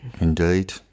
Indeed